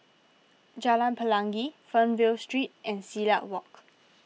Jalan Pelangi Fernvale Street and Silat Walk